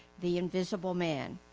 the invisible man.